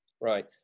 right